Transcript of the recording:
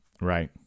Right